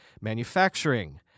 manufacturing